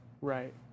Right